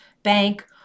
bank